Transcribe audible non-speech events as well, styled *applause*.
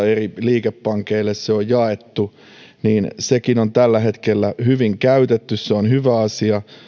*unintelligible* eri liikepankeille jaettu on tällä hetkellä hyvin käytetty se on hyvä asia